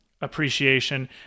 appreciation